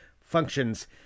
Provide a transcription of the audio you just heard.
functions